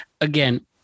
again